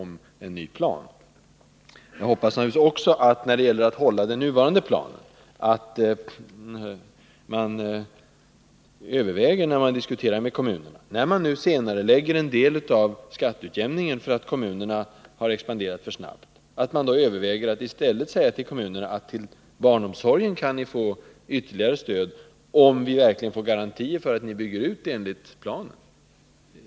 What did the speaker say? I vad gäller kommunernas möjligheter att hålla den gällande tidsplanen för utbyggnaden hoppas jag att man i samband med de diskussioner som nu förs, med anledning av det senareläggande av skatteutjämningen som skall ske därför att kommunerna har expanderat alltför snabbt, överväger att säga till kommunerna att de i stället kan få ytterligare stöd till barnomsorgen, om man verkligen får garantier för att de bygger ut enligt planen.